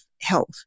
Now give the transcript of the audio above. health